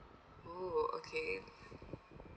oh okay